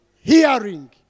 hearing